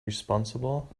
responsible